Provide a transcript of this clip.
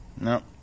No